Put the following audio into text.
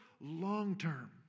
long-term